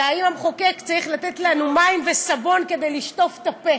האם המחוקק צריך לתת לנו מים וסבון כדי לשטוף את הפה.